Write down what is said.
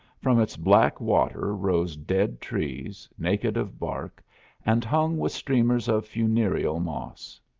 from its black water rose dead trees, naked of bark and hung with streamers of funereal moss.